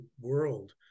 world